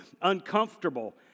uncomfortable